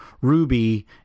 Ruby